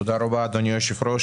תודה רבה, אדוני היושב-ראש.